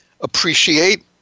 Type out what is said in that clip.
appreciate